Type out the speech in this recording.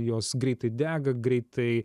jos greitai dega greitai